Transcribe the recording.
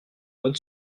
bonne